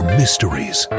mysteries